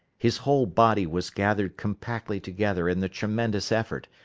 his whole body was gathered compactly together in the tremendous effort,